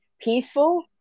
peaceful